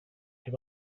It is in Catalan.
ser